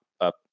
up